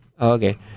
Okay